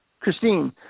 Christine